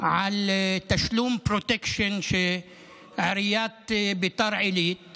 על תשלום פרוטקשן שעיריית ביתר עילית